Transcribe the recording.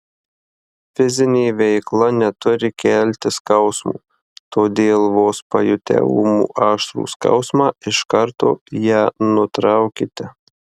fizinė veikla neturi kelti skausmo todėl vos pajutę ūmų aštrų skausmą iš karto ją nutraukite